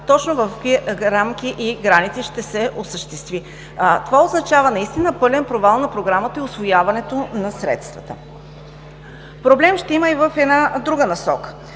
точно в какви рамки и граници ще се осъществи. Това означава наистина пълен провал на програмата и усвояването на средствата. Проблем ще има и в друга насока.